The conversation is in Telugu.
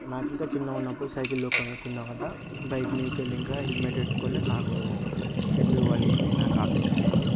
నాకింక చిన్నగున్నపుడు సైకిల్ తొక్కగా కిందవడ్డ బైక్ మీదికి వెళ్లి ఇక హెల్మెట్ పట్టుకోలేదు నాకు హెడ్డు పగిలింది నాకు ఆపరేషన్ అయింది